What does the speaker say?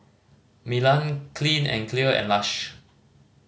Milan Clean and Clear and Lush